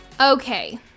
Okay